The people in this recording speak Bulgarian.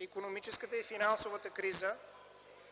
икономическата и финансовата криза,